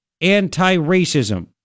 anti-racism